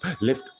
lift